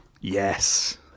Yes